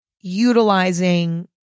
utilizing